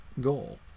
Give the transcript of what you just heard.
goal